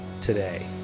today